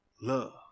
love